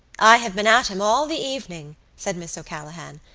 i have been at him all the evening, said miss o'callaghan,